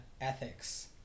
ethics